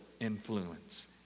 influence